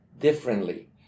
differently